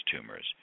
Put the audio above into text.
tumors